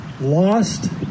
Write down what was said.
lost